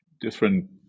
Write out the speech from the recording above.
different